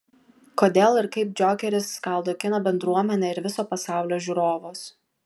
kodėl ir kaip džokeris skaldo kino bendruomenę ir viso pasaulio žiūrovus